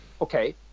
okay